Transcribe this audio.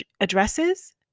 addresses